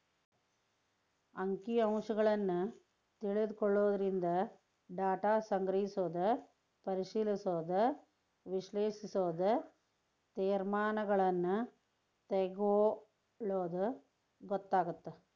ಅಂಕಿ ಅಂಶಗಳನ್ನ ತಿಳ್ಕೊಳ್ಳೊದರಿಂದ ಡಾಟಾ ಸಂಗ್ರಹಿಸೋದು ಪರಿಶಿಲಿಸೋದ ವಿಶ್ಲೇಷಿಸೋದು ತೇರ್ಮಾನಗಳನ್ನ ತೆಗೊಳ್ಳೋದು ಗೊತ್ತಾಗತ್ತ